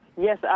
Yes